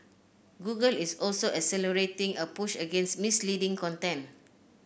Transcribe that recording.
Google is also accelerating a push against misleading content